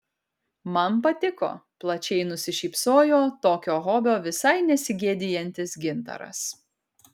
man patiko plačiai nusišypsojo tokio hobio visai nesigėdijantis gintaras